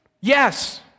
Yes